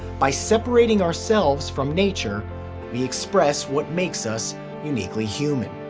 by separating ourselves from nature we express what makes us uniquely human.